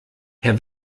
herr